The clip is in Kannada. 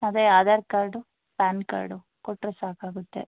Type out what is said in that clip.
ಅದೇ ಆಧಾರ್ ಕಾರ್ಡು ಪ್ಯಾನ್ ಕಾರ್ಡು ಕೊಟ್ಟರೆ ಸಾಕಾಗುತ್ತೆ